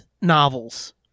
novels